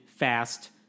fast